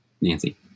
Nancy